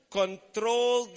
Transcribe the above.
control